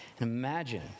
Imagine